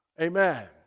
Amen